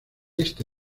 este